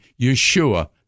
Yeshua